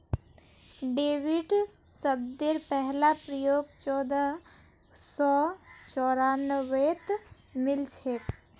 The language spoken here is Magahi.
डेबिट शब्देर पहला प्रयोग चोदह सौ चौरानवेत मिलछेक